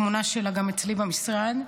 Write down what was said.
התמונה שלה גם אצלי במשרד.